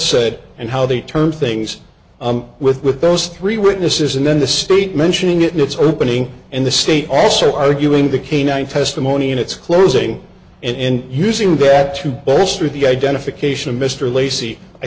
said and how they turned things with those three witnesses and then the state mentioning it in its opening in the state also arguing the canine testimony in its closing and using that to bolster the identification of mr lacy i